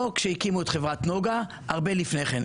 לא כשהקימו את חברת נגה, הרבה לפני כן.